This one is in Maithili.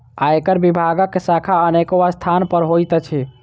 आयकर विभागक शाखा अनेको स्थान पर होइत अछि